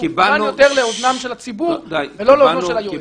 שכוון יותר לאוזני הציבור ולא לאוזנו של יועץ המשפטי.